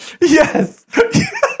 yes